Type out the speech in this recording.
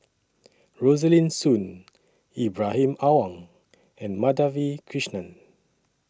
Rosaline Soon Ibrahim Awang and Madhavi Krishnan